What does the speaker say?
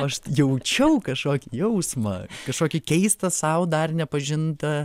aš jaučiau kažkokį jausmą kažkokį keistą sau dar nepažintą